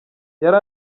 yari